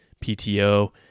PTO